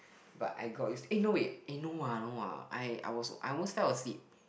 but I got use eh no wait eh no ah no ah I I was I almost fell asleep